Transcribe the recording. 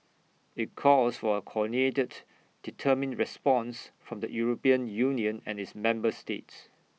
IT calls for A coordinated determined response from the european union and its member states